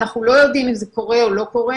אנחנו לא יודעים אם זה קורה או לא קורה.